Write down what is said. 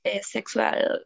sexual